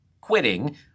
quitting